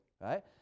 right